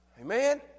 Amen